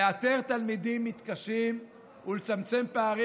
לאתר תלמידים מתקשים ולצמצם פערים.